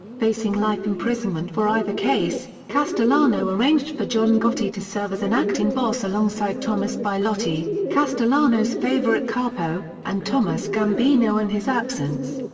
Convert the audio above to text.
facing life imprisonment for either case, castellano arranged for john gotti to serve as an acting boss alongside thomas bilotti, castellano's favorite capo, and thomas gambino in his absence.